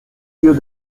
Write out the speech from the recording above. lieu